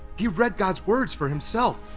he read god's words for himself,